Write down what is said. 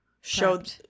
showed